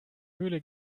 höhle